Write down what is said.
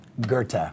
Goethe